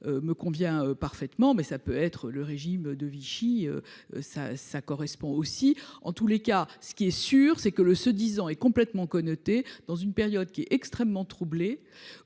Me convient parfaitement. Mais ça peut être le régime de Vichy. Ça, ça correspond aussi en tous les cas ce qui est sûr c'est que le se disant est complètement connoté dans une période qui est extrêmement troublée